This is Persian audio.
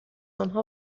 آنها